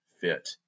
fit